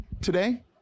Today